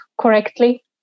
correctly